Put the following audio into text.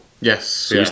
Yes